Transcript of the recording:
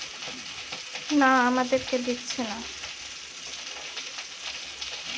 আজকাল লোন অনেক রকমের হচ্ছে যেগুলা ব্যাঙ্ক থেকে দিচ্ছে